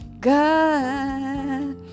God